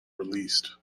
released